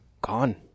gone